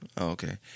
Okay